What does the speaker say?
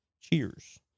Cheers